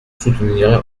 soutenir